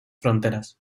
fronteras